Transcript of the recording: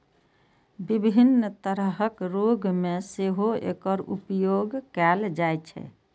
विभिन्न तरहक रोग मे सेहो एकर उपयोग कैल जाइ छै